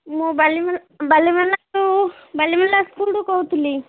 ମୁଁ ବାଲିମେଳାରୁ ବାଲିମେଳା ସ୍କୁଲ୍ରୁ କହୁଥିଲି